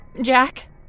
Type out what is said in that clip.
Jack